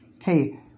hey